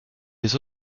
des